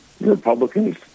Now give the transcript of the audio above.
Republicans